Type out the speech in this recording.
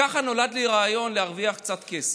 ככה נולד בי הרעיון להרוויח קצת כסף.